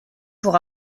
pour